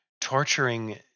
torturing